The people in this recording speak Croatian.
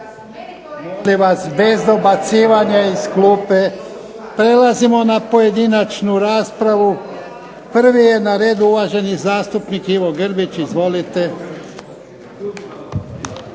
Molim vas bez dobacivanja iz klupe. Prelazimo na pojedinačnu raspravu. Prvi je na redu uvaženi zastupnik Ivo Grbić, izvolite.